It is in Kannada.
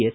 ಎಸ್